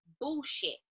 bullshit